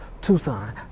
Tucson